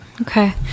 Okay